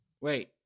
wait